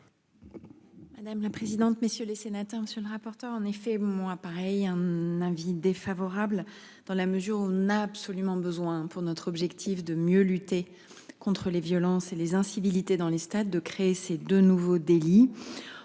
Madame la présidente, messieurs les sénateurs, monsieur le rapporteur. En effet mon appareil un avis défavorable dans la mesure où on a absolument besoin pour notre objectif de mieux lutter contre les violences et les incivilités dans les stades de créer, c'est de nouveau délit.